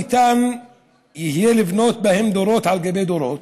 ניתן יהיה לבנות בהם דורות על גבי דורות,